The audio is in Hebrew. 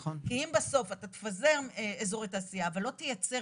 כי אם בסוף אתה תפזר אזורי תעשייה ולא תייצר